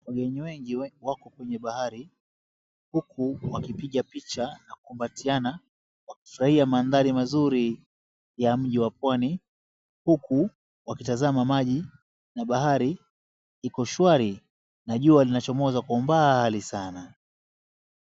Wageni wengi wako kwenye bahari huku wakipiga picha na kukumbatiana wakifurahia mandhari mazuri ya mji wa pwani huku wakitazama maji na bahari iko shwari na jua linachomoza kwa umbali sana.